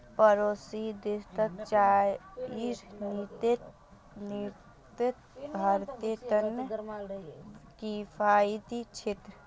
पड़ोसी देशत चाईर निर्यात भारतेर त न किफायती छेक